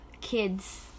kids